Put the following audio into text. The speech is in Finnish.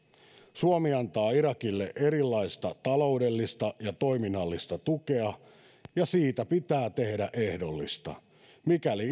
suomi antaa irakille erilaista taloudellista ja toiminnallista tukea ja siitä pitää tehdä ehdollista mikäli